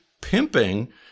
pimping